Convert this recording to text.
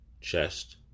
chest